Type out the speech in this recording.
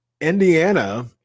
Indiana